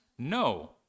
No